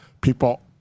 People